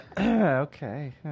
Okay